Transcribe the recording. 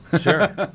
Sure